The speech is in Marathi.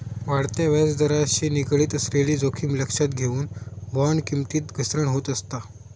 वाढत्या व्याजदराशी निगडीत असलेली जोखीम लक्षात घेऊन, बॉण्ड किमतीत घसरण होत असता